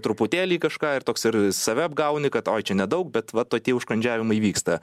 truputėlį kažką ir toks ir save apgauni kad oi čia nedaug bet va tokie užkandžiavimai vyksta